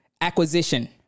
acquisition